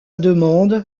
demande